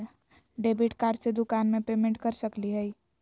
Debit card से दुकान में पेमेंट कर सकली हई?